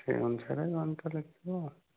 ସେହି ଅନୁସାରେ ଗଣିତ ଲେଖିବୁ ଆଉ